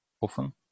often